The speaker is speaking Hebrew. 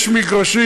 יש מגרשים.